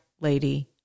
lady